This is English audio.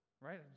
right